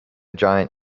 giant